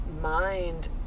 mind